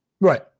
right